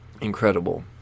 incredible